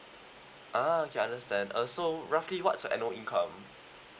ah okay understand uh so roughly what's your annual income